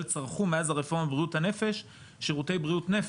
צרכו מאז הרפורמה בבריאות הנפש שירותי בריאות נפש,